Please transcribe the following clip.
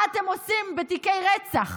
מה אתם עושים בתיקי רצח?